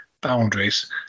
boundaries